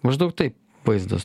maždaug taip vaizdas